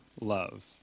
love